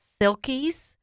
silkies